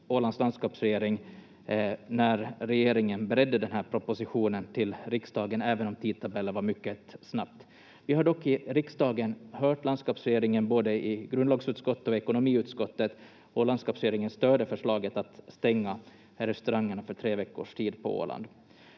Ålands landskapsregering när regeringen beredde den här propositionen till riksdagen, även om tidtabellen var mycket snabb. Vi har dock i riksdagen hört landskapsregeringen både i grundlagsutskottet och ekonomiutskottet, och landskapsregeringen stöder förslaget att stänga restaurangerna för tre veckors tid på Åland.